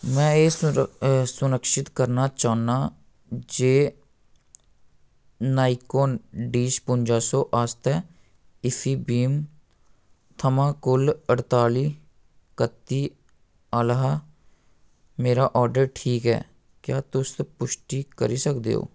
में एह् सुनिश्चित करना चाह्न्नां जे नाईकोन डी छपुंजा सौ आस्तै एफ बी एम थमां कुल अड़ताली कत्ती आह्ला मेरा ऑर्डर ठीक ऐ क्या तुस पुश्टि करी सकदे ओ